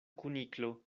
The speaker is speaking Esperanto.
kuniklo